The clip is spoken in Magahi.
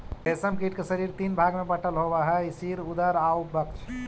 रेशम कीट के शरीर तीन भाग में बटल होवऽ हइ सिर, उदर आउ वक्ष